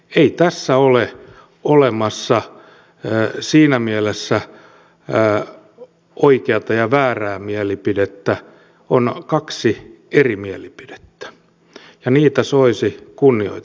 ei tässä ole olemassa siinä mielessä oikeata ja väärää mielipidettä on kaksi eri mielipidettä ja niitä soisi kunnioitettavan